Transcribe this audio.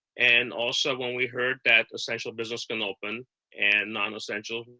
and also, when we heard that essential business can open and non-essential,